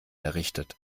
errichtet